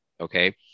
okay